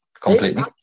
completely